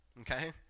Okay